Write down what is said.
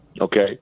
okay